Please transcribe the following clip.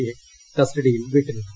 A കസ്റ്റഡിയിൽ വിട്ടിരുന്നു